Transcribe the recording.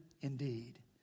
indeed